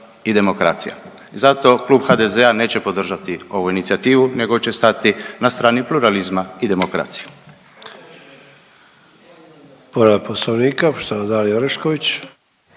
i demokracija. I zato klub HDZ-a neće podržati ovu inicijativu, nego će stati na strani pluralizma i demokracije.